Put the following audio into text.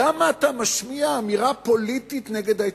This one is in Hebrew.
למה אתה משמיע אמירה פוליטית נגד ההתנחלות?